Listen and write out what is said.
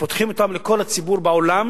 ופותחים אותם לכל הציבור בעולם,